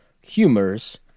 humors